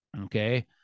Okay